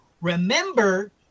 remember